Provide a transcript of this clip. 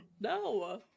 No